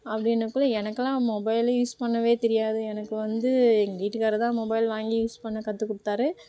அப்படின்னுக்குள்ள எனக்கெல்லாம் mobile use பண்ணவே தெரியாது எனக்கு வந்து எங்கள் வீட்டுக்காரரு தான் மொபைல் வாங்கி யூஸ் பண்ண கற்றுக் கொடுத்தாரு